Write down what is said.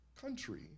country